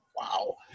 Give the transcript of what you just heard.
wow